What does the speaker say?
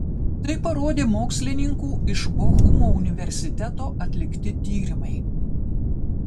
tai parodė mokslininkų iš bochumo universiteto atlikti tyrimai